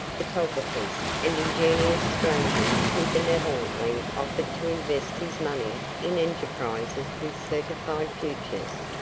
photographers, and ingenious strangers who benevolently offered to invest his money in enterprises with certified futures.